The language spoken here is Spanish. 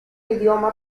idioma